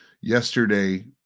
Yesterday